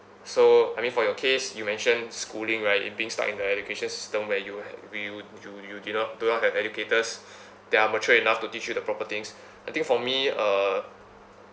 so I mean for your case you mention schooling right you being stuck in the education system where you ha~ where you you you did not do not have educators that are mature enough to teach you the proper things I think for me uh